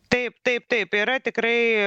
taip taip taip yra tikrai